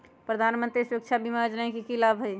प्रधानमंत्री सुरक्षा बीमा योजना के की लाभ हई?